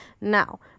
now